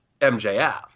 MJF